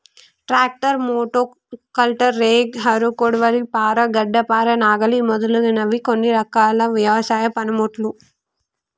tractor, మోటో కల్టర్, rake, harrow, కొడవలి, పార, గడ్డపార, నాగలి మొదలగునవి కొన్ని రకాల వ్యవసాయ పనిముట్లు